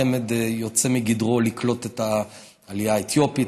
חמ"ד יוצא מגדרו לקלוט את העלייה האתיופית,